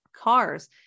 cars